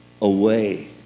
away